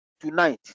tonight